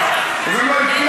הוא גם לא הפלה